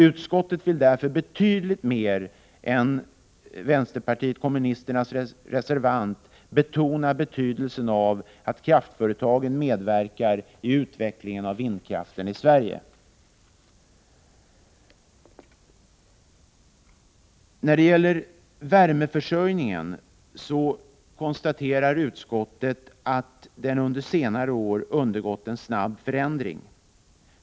Utskottet vill därför betydligt mer än vänsterpartiet kommunisternas reservant gör betona betydelsen av att kraftföretagen medverkar i utvecklingen av vindkraften i Sverige. När det gäller värmeförsörjningen konstaterar utskottet att denna under senare år undergått en snabb förändring.